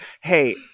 Hey